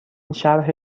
شرح